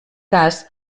cas